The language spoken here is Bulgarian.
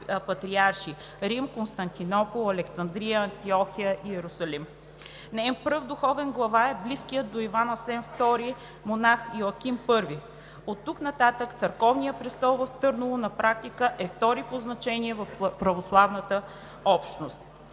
Рим, Константинопол, Александрия, Антиохия и Йерусалим. Неин пръв духовен глава е близкият до Иван Асен II монах Йоаким I. На практика оттук нататък църковният престол в Търново е втори по значение в православната общност.